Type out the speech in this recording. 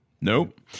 nope